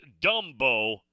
Dumbo